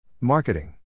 Marketing